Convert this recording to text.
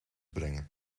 brengen